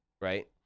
right